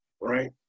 right